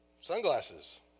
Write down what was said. sunglasses